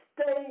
Stay